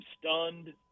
stunned